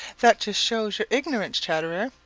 that just shows your ignorance, chatterer,